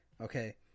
okay